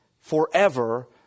forever